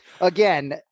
again